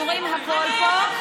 אנחנו רואים הכול פה,